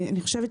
אני חושבת,